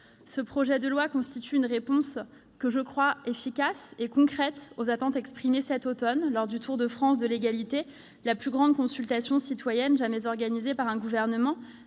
Ce projet de loi constitue une réponse, que je crois efficace et concrète, aux attentes exprimées cet automne, lors du tour de France de l'égalité, la plus grande consultation citoyenne jamais organisée par un gouvernement,